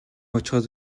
очиход